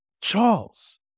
Charles